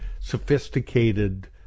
sophisticated